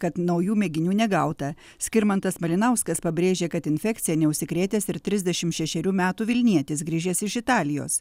kad naujų mėginių negauta skirmantas malinauskas pabrėžė kad infekcija neužsikrėtęs ir trisdešim šešerių metų vilnietis grįžęs iš italijos